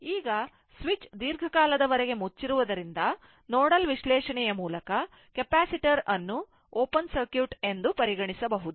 ಈಗ ಸ್ವಿಚ್ ದೀರ್ಘಕಾಲದವರೆಗೆ ಮುಚ್ಚಿರುವುದರಿಂದ ನೋಡಲ್ ವಿಶ್ಲೇಷಣೆಯ ಮೂಲಕ ಕೆಪಾಸಿಟರ್ ಅನ್ನು ಓಪನ್ ಸರ್ಕ್ಯೂಟ್ ಎಂದು ಪರಿಗಣಿಸಬಹುದು